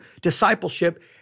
discipleship